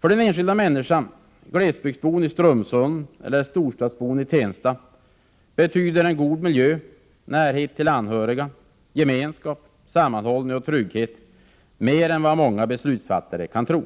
För den enskilda människan — glesbygdsbon i Strömsund eller storstadsbon i Tensta — betyder en god miljö, närhet till anhöriga, gemenskap, sammanhållning och trygghet mer än vad många beslutsfattare kan tro.